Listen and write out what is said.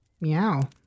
Meow